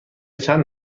چند